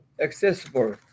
accessible